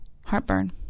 Heartburn